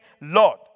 Lord